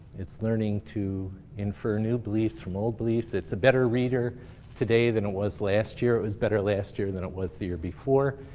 it's learning to infer new beliefs from old beliefs. it's a better reader today than it was last year. it was better last year than it was the before.